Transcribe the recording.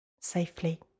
safely